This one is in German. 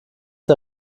der